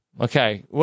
Okay